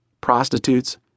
prostitutes